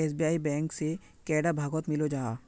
SBI bank से कैडा भागोत मिलोहो जाहा?